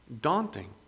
daunting